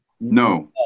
No